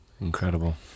Incredible